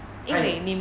!aiyo!